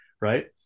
Right